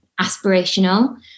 aspirational